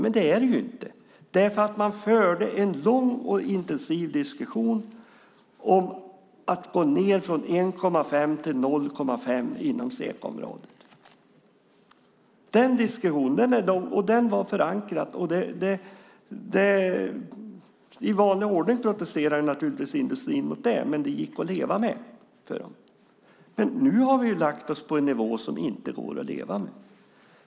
Men det är det inte. Man förde en lång och intensiv diskussion om att gå ned från 1,5 till 0,5 inom SECA-området. Den diskussionen var förankrad. I vanlig ordning protesterade naturligtvis industrin mot det, men den kunde leva med det. Nu har vi dock lagt oss på en nivå som inte går att leva med.